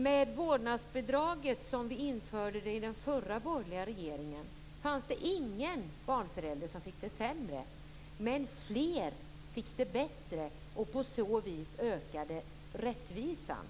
Med vårdnadsbidraget, som vi i den förra, borgerliga regeringen införde, var det ingen som fick det sämre. Men fler fick det bättre, och på så vis ökade rättvisan.